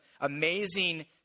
amazing